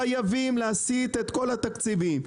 חייבים להסיט את כל התקציבים.